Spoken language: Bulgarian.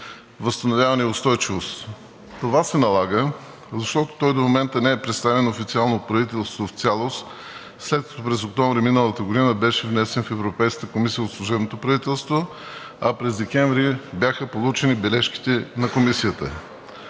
възстановяване и устойчивост. Това се налага, защото той до момента не е представен официално от правителството в цялост, след като през октомври миналата година беше внесен в Европейската комисия от служебното правителство, а през декември бяха получени бележките на Комисията.